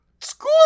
school